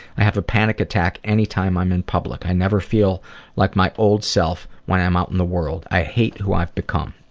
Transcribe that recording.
i have a panic attack anytime i'm in public. i never feel like my old self when i'm out in the world. i hate who i've become.